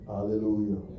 Hallelujah